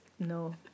No